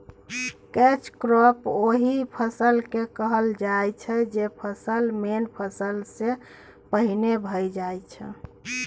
catch crop ओहि फसल केँ कहल जाइ छै जे फसल मेन फसल सँ पहिने भए जाइ छै